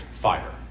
fighter